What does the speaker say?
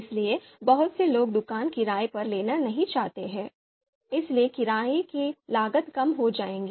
इसलिए बहुत से लोग दुकान किराए पर लेना नहीं चाहते हैं इसलिए किराये की लागत कम हो जाएगी